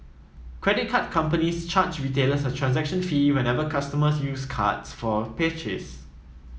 credit card companies charge retailers a transaction fee whenever customers use cards for a